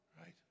right